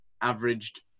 averaged